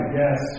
yes